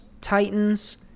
Titans